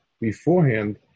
beforehand